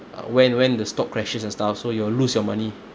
uh when when the stock crashes and stuff so you'll lose your money